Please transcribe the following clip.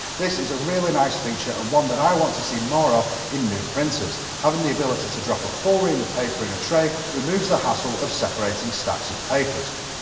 this is a really nice feature and one that i want to see more of in new printers. having the ability to drop a full ream of paper into a tray removes the hassle of separating stacks of papers.